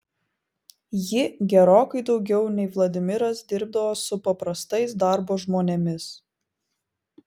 ji gerokai daugiau nei vladimiras dirbdavo su paprastais darbo žmonėmis